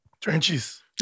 Trenches